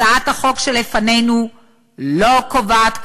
הצעת החוק שלפנינו לא קובעת,